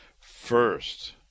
first